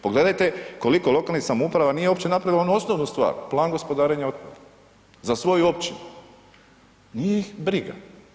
Pogledajte koliko lokalnih samouprava nije uopće napravilo onu osnovnu stvar, plan gospodarenja otpadom za svoju općinu, nije ih briga.